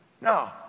No